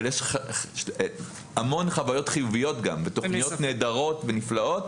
אבל יש גם המון חוויות חיוביות ותוכניות נהדרות ונפלאות,